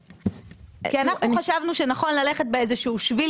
כי אנחנו חשבנו שנכון ללכת באיזה "שביל